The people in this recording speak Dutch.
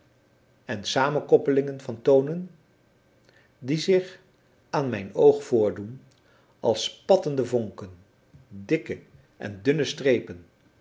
en samenkoppelingen van tonen die zich aan mijn oog voordoen als spattende vonken dikke en dunne strepen